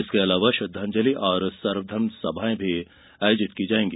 इसके अलावा श्रद्दांजलि और सर्वघर्म सभाएं आयोजित की जायेंगी